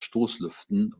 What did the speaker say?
stoßlüften